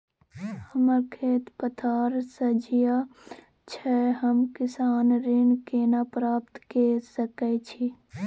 हमर खेत पथार सझिया छै हम किसान ऋण केना प्राप्त के सकै छी?